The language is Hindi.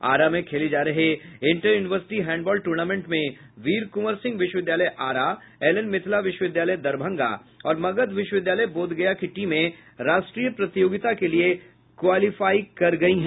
आरा में खेली जा रही इंटर यूनिवर्सिटी हैंडबॉल टूर्नामेंट में वीर कुवंर सिंह विश्वविद्यालय आरा एल एन मिथिला विश्वविद्यालय दरभंगा और मगध विश्वविद्यालय बोधगया की टीमें राष्ट्रीय प्रतियोगिता के लिए क्वालिफाई कर गयी है